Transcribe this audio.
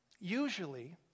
Usually